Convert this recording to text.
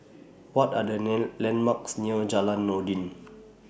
What Are The Land landmarks near Jalan Noordin